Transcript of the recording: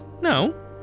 No